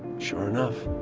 sure enough,